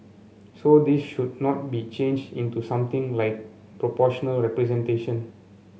so this should not be changed into something like proportional representation